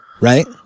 Right